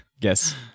Yes